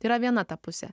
tai yra viena ta pusė